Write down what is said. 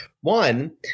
One